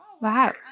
Wow